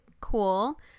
cool